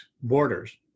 borders